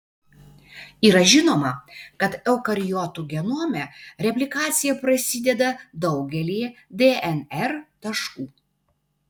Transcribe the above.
yra žinoma kad eukariotų genome replikacija prasideda daugelyje dnr taškų